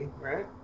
right